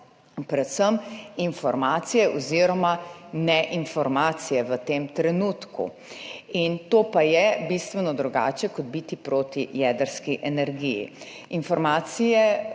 predvsem informacije oziroma neinformacije v tem trenutku. To pa je bistveno drugače kot biti proti jedrski energiji. Informacije